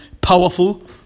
powerful